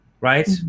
Right